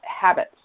habits